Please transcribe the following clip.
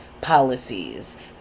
policies